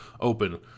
open